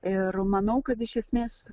ir manau kad iš esmės